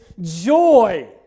joy